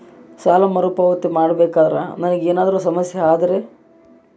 ಸಾಲ ಮರುಪಾವತಿ ಮಾಡಬೇಕಂದ್ರ ನನಗೆ ಏನಾದರೂ ಸಮಸ್ಯೆ ಆದರೆ?